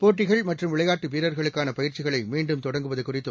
போட்டிகள் மற்றும் விளையாட்டு வீரர்களுக்கான பயிற்சிகளை மீண்டும் தொடங்குவது குறித்து